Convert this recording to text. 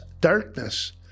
darkness